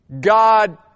God